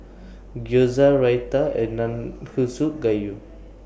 Gyoza Raita and Nanakusa Gayu